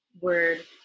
word